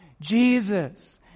Jesus